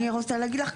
אני רוצה להגיד לך,